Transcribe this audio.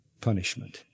punishment